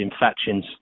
infections